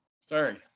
Sorry